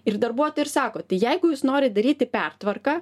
ir darbuotojai ir sako tai jeigu jūs norit daryti pertvarką